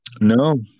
no